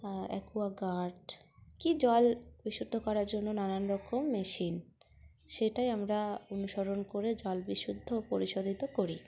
Aqua guard কী জল বিশুদ্ধ করার জন্য নানান রকম মেশিন সেটাই আমরা অনুসরণ করে জল বিশুদ্ধ ও পরিশোধিত করি